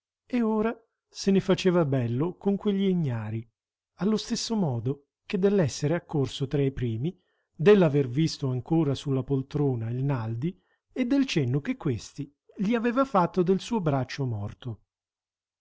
e ora se ne faceva bello con quegli ignari allo stesso modo che dell'essere accorso tra i primi dell'aver visto ancora sulla poltrona il naldi e del cenno che questi gli aveva fatto del suo braccio morto